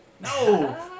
no